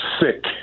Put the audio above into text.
sick